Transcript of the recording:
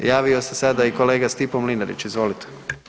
Javio se sada i kolega Stipo Mlinarić, izvolite.